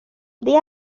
they